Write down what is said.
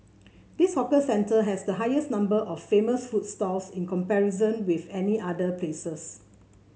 this hawker centre has the highest number of famous food stalls in comparison with any other places